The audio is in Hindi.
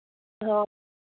हाँ